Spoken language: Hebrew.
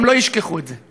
הם לא ישכחו את זה.